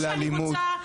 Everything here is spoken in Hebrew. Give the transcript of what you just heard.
על האלימות.